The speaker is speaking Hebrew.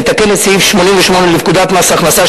המתקן את סעיף 88 לפקודת מס הכנסה,